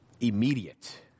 immediate